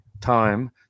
time